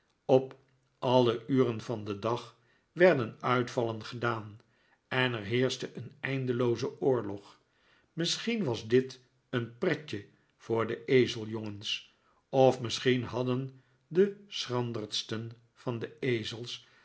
op alle uren van den dag werden uitvallen gedaan en er heerschte een eindelooze oorlog misschien was dit een pretje voor de ezeljongens of misschien hadden de schrandersten van de ezels